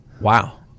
wow